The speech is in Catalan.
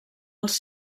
els